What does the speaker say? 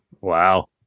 Wow